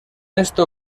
esto